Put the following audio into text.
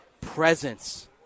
presence